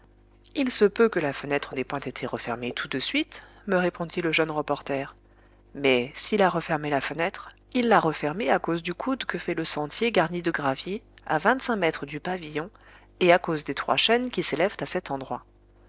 il se peut que la fenêtre n'ait point été refermée tout de suite me répondit le jeune reporter mais s'il a refermé la fenêtre il l'a refermée à cause du coude que fait le sentier garni de gravier à vingt-cinq mètres du pavillon et à cause des trois chênes qui s'élèvent à cet endroit